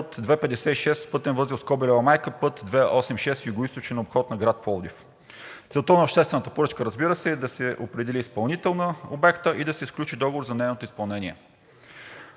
„Път II-56, „Пътен възел „Скобелева майка“ – Път II 86, Югоизточен обход на град Пловдив.“ Целта на обществената поръчка, разбира се, е да се определи изпълнител на обекта и да се сключи договор за нейното изпълнение.